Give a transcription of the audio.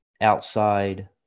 outside